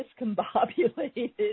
discombobulated